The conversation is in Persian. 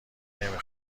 نمی